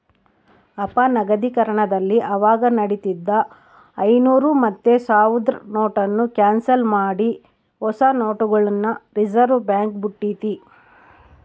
ಅಪನಗದೀಕರಣದಲ್ಲಿ ಅವಾಗ ನಡೀತಿದ್ದ ಐನೂರು ಮತ್ತೆ ಸಾವ್ರುದ್ ನೋಟುನ್ನ ಕ್ಯಾನ್ಸಲ್ ಮಾಡಿ ಹೊಸ ನೋಟುಗುಳ್ನ ರಿಸರ್ವ್ಬ್ಯಾಂಕ್ ಬುಟ್ಟಿತಿ